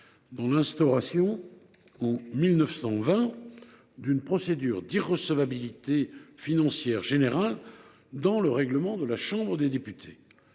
dans l’instauration en 1920 d’une procédure d’irrecevabilité financière générale dans le règlement de la Chambre des députés.